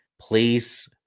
please